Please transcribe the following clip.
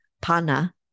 Pana